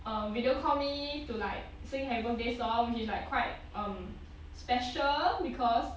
err video call me to like sing heaven days song which is like quite um special because